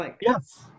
Yes